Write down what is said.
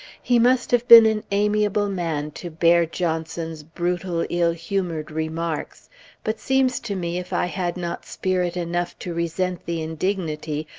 he must have been an amiable man, to bear johnson's brutal, ill-humored remarks but seems to me if i had not spirit enough to resent the indignity,